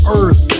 earth